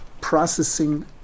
processing